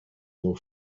nos